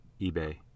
eBay